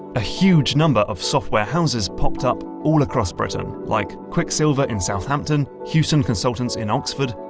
a huge number of software houses popped up all across britain. like quicksilva in southampton, hewson consultants in oxford,